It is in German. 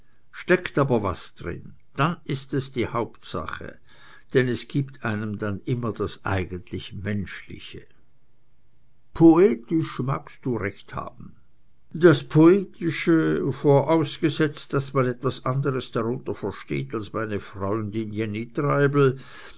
steckt aber was drin dann ist es die hauptsache denn es gibt einem dann immer das eigentlich menschliche poetisch magst du recht haben das poetische vorausgesetzt daß man etwas anderes darunter versteht als meine freundin jenny treibel